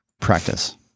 Practice